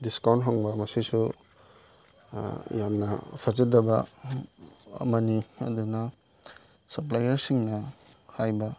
discount ꯍꯪꯕ ꯃꯁꯤꯁꯨ ꯌꯥꯝꯅ ꯐꯖꯗꯕ ꯑꯃꯅꯤ ꯑꯗꯨꯅ ꯁꯞꯄ꯭ꯂꯥꯏꯌꯔꯁꯤꯡꯅ ꯍꯥꯏꯕ